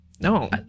No